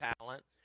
talent